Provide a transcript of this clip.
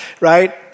right